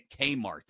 Kmart